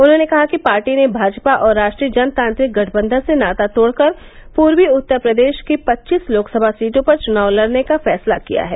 उन्होंने कहा कि पार्टी ने भाजपा और राष्ट्रीय जनतांत्रिक गठबंधन से नाता तोड़कर पूर्वी उत्तर प्रदेश की पवीस लोकसभा सीटों पर चुनाव लड़ने का फैसला किया है